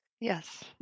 Yes